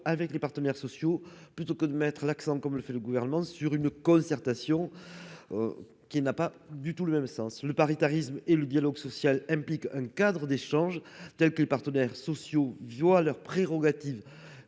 avec les partenaires sociaux plutôt que de mettre l'accent, comme le fait le gouvernement sur une concertation qui n'a pas du tout le même sens : le paritarisme et le dialogue social implique un cadre d'échanges, tels que les partenaires sociaux via leurs prérogatives